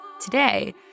Today